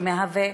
ולחקירות, ומהווה